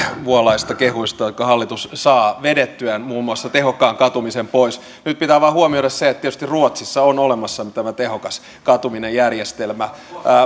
vuolaista kehuista jotka hallitus saa vedettyään muun muassa tehokkaan katumisen pois nyt pitää vain huomioida se että tietysti ruotsissa on olemassa tämä tehokas katuminen järjestelmä